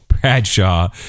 Bradshaw